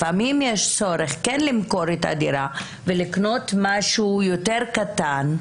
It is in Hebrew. לפעמים יש צורך למכור את הדירה ולקנות משהו יותר קטן,